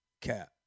Cap